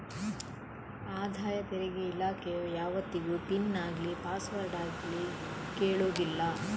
ಆದಾಯ ತೆರಿಗೆ ಇಲಾಖೆಯು ಯಾವತ್ತಿಗೂ ಪಿನ್ ಆಗ್ಲಿ ಪಾಸ್ವರ್ಡ್ ಆಗ್ಲಿ ಕೇಳುದಿಲ್ಲ